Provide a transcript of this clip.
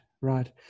right